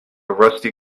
rusty